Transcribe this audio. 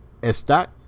Está